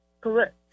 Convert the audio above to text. Correct